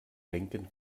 denken